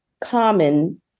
common